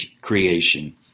creation